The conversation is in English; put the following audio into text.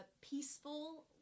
peaceful